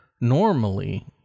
normally